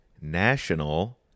National